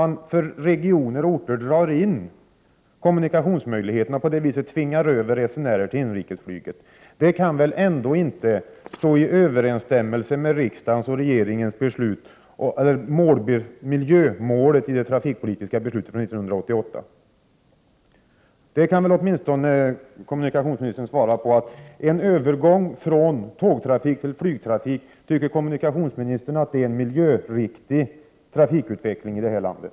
Att för regioner och orter dra in kommunikationsmöjligheterna och på det viset tvinga resenärer ta flyget kan väl ändå inte överensstämma med riksdagens och regeringens beslut 1988 om målen för trafikpolitiken? Detta kan väl åtminstone kommunikationsministern svara på: Tycker kommunikationsministern att framtvinga en övergång från tågtrafik till flyg är en miljöriktig trafikutveckling i det här landet?